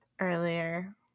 earlier